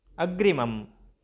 अग्रिमम्